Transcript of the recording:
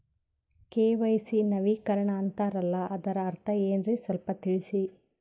KYC ನವೀಕರಣ ಅಂತಾರಲ್ಲ ಅದರ ಅರ್ಥ ಏನ್ರಿ ಸ್ವಲ್ಪ ತಿಳಸಿ?